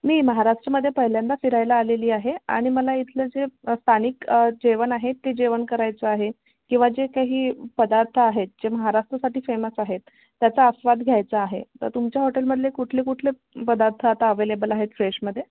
मी महाराष्ट्रामध्ये पहिल्यांदा फिरायला आलेली आहे आणि मला इथलं जे स्थानिक जेवण आहे ते जेवण करायचं आहे किंवा जे काही पदार्थ आहेत जे महाराष्ट्रासाठी फेमस आहेत त्याचा आस्वाद घ्यायचा आहे तर तुमच्या हॉटेलमधले कुठले कुठले पदार्थ आता अवेलेबल आहे फ्रेशमध्ये